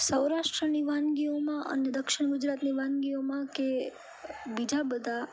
સૌરાષ્ટ્રની વાનગીઓમાં અને દક્ષિણ ગુજરાતની વાનગીઓમાં કે બીજા બધાં